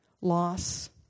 loss